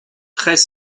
très